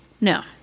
No